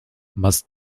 must